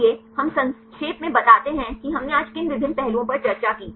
इसलिए हम संक्षेप में बताते हैं कि हमने आज किन विभिन्न पहलुओं पर चर्चा की